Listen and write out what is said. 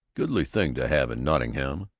goodish thing to have in nottingham,